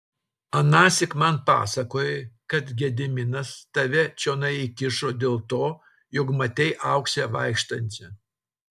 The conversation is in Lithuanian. anąsyk man pasakojai kad gediminas tave čionai įkišo dėl to jog matei auksę vaikštančią